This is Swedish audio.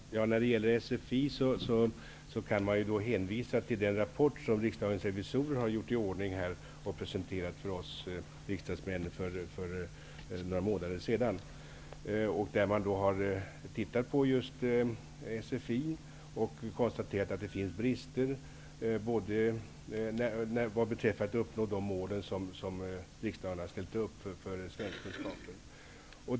Herr talman! När det gäller SFI kan man hänvisa till den rapport som Riksdagens revisorer har gjort i ordning och som för några månader sedan presenterades för oss riksdagsmän. Man har gjort en översyn av SFI, i vilken konstateras att brister finns när det gäller att uppnå de mål som riksdagen har ställt för svenska staten.